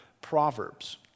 Proverbs